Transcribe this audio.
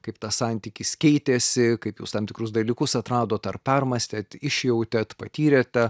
kaip tas santykis keitėsi kaip jūs tam tikrus dalykus atradot ar permąstėt išjautėt patyrėte